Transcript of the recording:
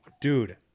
Dude